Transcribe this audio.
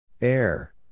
Air